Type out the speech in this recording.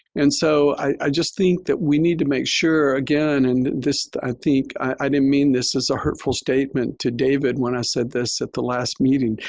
and so i just think that we need to make sure again, and this i think, i didn't mean this is a hurtful statement to david when i said this at the last meeting.